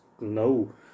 no